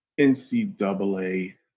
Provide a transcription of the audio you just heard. NCAA